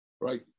right